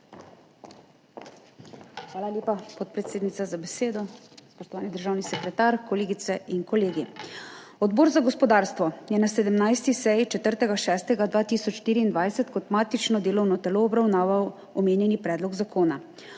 Hvala lepa, podpredsednica, za besedo. Spoštovani državni sekretar, kolegice in kolegi! Odbor za gospodarstvo je na 17. seji 4. 6. 2024 kot matično delovno telo obravnaval omenjeni predlog zakona.